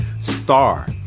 Star